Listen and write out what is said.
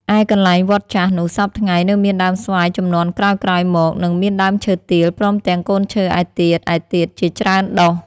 ឯកន្លែងវត្តចាស់នោះ សព្វថ្ងៃ នៅមានដើមស្វាយជំនាន់ក្រោយៗ មក និងមានដើមឈើទាល ព្រមទាំងកូនឈើឯទៀតៗជាច្រើនដុះ ។